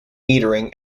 metering